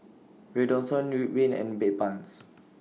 Redoxon Ridwind and Bedpans